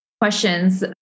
questions